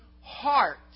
heart